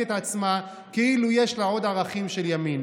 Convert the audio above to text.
את עצמה כאילו יש לה עוד ערכים של ימין.